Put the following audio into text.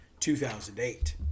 2008